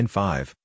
five